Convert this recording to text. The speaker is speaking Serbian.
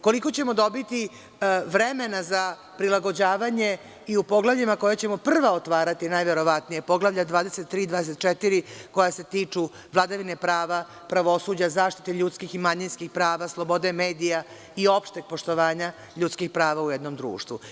Koliko ćemo dobiti vremena za prilagođavanje i u poglavljima koja ćemo prva otvarati najverovatnije, poglavlja 23. i 24. koja se tiču vladavine prava, pravosuđa, zaštite ljudskih i manjinskih prava, slobode medija i opšteg poštovanja ljudskih prava u jednom društvu?